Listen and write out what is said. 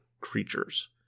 creatures